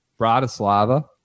Bratislava